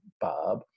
Bob